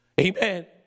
Amen